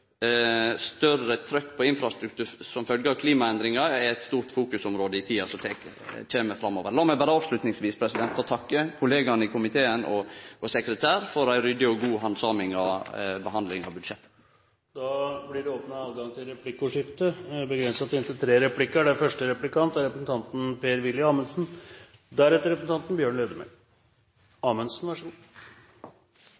større trykk på infrastruktur som følgje av klimaendringar er eit stort fokusområde i tida som kjem. Lat meg berre avslutningsvis få takke kollegaene i komiteen og sekretæren for ei ryddig og god handsaming av budsjettet. Det blir replikkordskifte. Som representanten Sande er fullstendig klar over, var olje- og energiminister Ola Borten Moe på en liten tur til